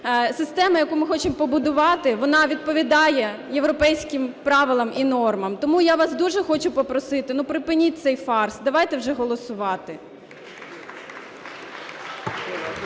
система, яку ми хочемо побудувати, вона відповідає європейським правилам і нормам. Тому я вас дуже хочу попросити: ну, припиніть цей фарс, давайте вже голосувати.